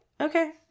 Okay